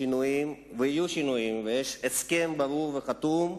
שינויים, ויהיו שינויים, ויש הסכם ברור וחתום,